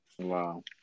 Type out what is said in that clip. Wow